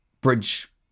bridge